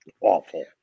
awful